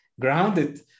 grounded